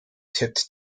tipped